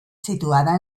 situada